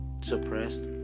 Suppressed